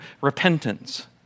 repentance